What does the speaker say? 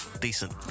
decent